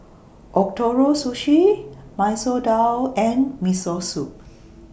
Ootoro Sushi Masoor Dal and Miso Soup